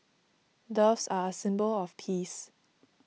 doves are a symbol of peace